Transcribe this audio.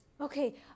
Okay